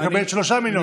מקבלת 3 מיליון.